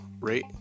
rate